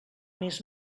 més